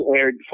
aired